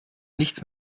nichts